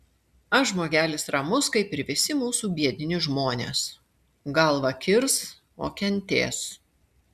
aš žmogelis ramus kaip ir visi mūsų biedni žmonės galvą kirs o kentės